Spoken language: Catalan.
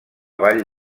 vall